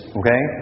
okay